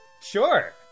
Sure